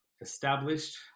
established